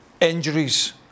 injuries